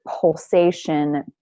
pulsation